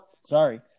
sorry